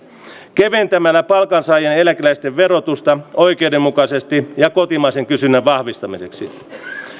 keventämällä palkansaajien ja eläkeläisten verotusta oikeudenmukaisesti ja kotimaisen kysynnän vahvis tamiseksi